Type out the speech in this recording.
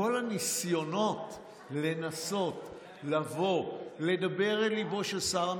כל הניסיונות לבוא, לדבר אל ליבו של שר המשפטים,